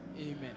Amen